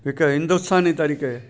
हिकु हिंदुस्तानी तरीक़े